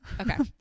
okay